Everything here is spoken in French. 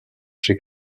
chez